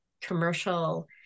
commercial